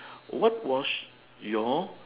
what was your